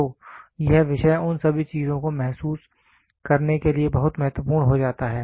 तो यह विषय उन सभी चीजों को महसूस करने के लिए बहुत महत्वपूर्ण हो जाता है